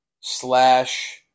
slash